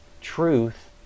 truth